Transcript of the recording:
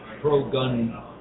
pro-gun